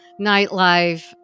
nightlife